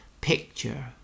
picture